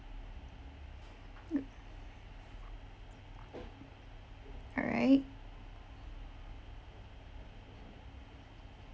mm all right